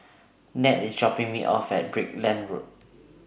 Nat IS dropping Me off At Brickland Road